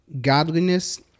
godliness